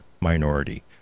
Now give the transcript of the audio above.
minority